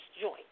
joint